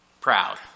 proud